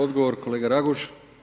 Odgovor kolega Raguž.